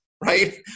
right